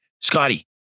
Scotty